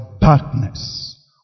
darkness